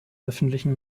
öffentlichen